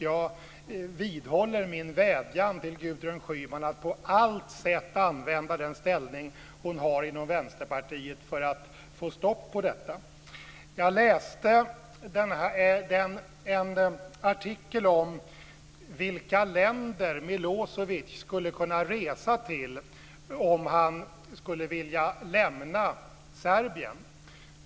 Jag vidhåller min vädjan till Gudrun Schyman att på allt sätt använda den ställning hon har inom Vänsterpartiet till att få stopp på detta. Jag läste en artikel om vilka länder Milosevic skulle kunna resa till om han skulle vilja lämna Serbien.